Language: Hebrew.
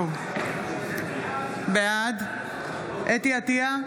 בעד חוה אתי עטייה,